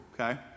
okay